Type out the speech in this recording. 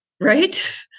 Right